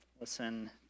Listen